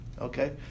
Okay